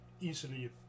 easily